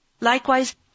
Likewise